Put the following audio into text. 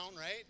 right